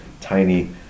tiny